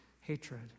hatred